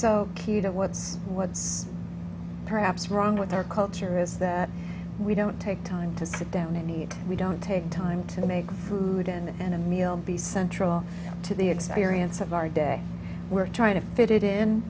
so cute what's what's perhaps wrong with our culture is that we don't take time to sit down in need we don't take time to make food and then a meal be central to the experience of our day we're trying to fit it in